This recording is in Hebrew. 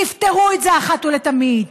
תפתרו את זה אחת ולתמיד,